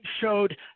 showed